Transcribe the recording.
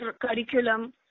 curriculum